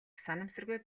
санамсаргүй